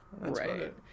Right